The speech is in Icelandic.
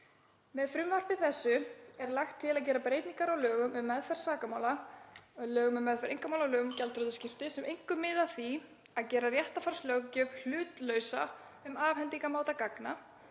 Með frumvarpi þessu er lagt til að gera breytingar á lögum um meðferð sakamála, á lögum um meðferð einkamála og lögum um gjaldþrotaskipti sem einkum miða að því að gera réttarfarslöggjöf hlutlausa um afhendingarmáta gagna,